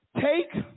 take